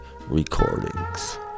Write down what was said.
Recordings